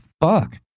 fuck